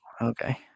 Okay